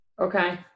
Okay